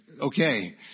Okay